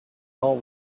all